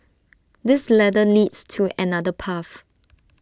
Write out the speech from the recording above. this ladder leads to another path